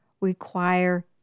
require